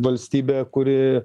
valstybę kuri